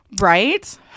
right